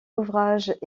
ouvrages